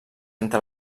entre